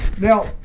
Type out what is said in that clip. Now